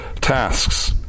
tasks